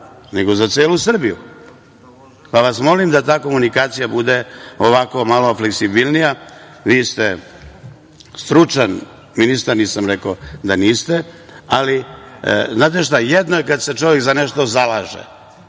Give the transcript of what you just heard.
nego za celu Srbiju, pa vas molim da ta komunikacija bude ovako malo fleksibilnija. Vi ste stručan ministar, nisam rekao da niste, ali znate šta, jednom kada se čovek za nešto zalaže,